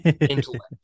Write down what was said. intellect